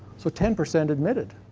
so ten percent admitted.